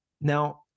Now